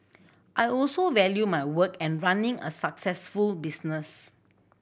I also value my work and running a successful business